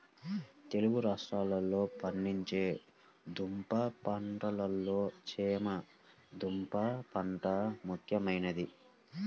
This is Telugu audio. తెలుగు రాష్ట్రాలలో పండించే దుంప పంటలలో చేమ దుంప పంట ముఖ్యమైనది